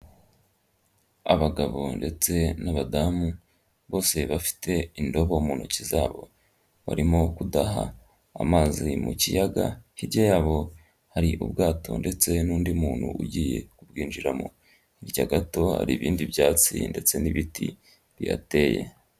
Abagabo ndetse n'abadamu bose bafite indobo mu ntoki zabo barimo kudaha amazi mu kiyaga, hirya yabo hari ubwato ndetse n'undi muntu ugiye kubwinjiramo, hirya gato hari ibindi byatsi ndetse n'ibiti bihateye.